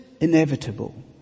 Inevitable